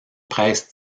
presse